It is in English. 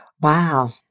Wow